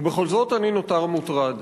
ובכל זאת אני נותר מוטרד.